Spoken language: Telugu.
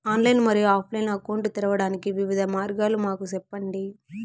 ఆన్లైన్ మరియు ఆఫ్ లైను అకౌంట్ తెరవడానికి వివిధ మార్గాలు మాకు సెప్పండి?